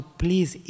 please